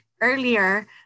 earlier